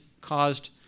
caused